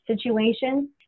situation